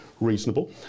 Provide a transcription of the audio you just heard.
reasonable